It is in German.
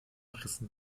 rissen